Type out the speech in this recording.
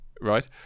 right